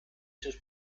sus